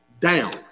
down